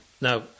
Now